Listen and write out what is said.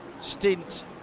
stint